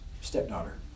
stepdaughter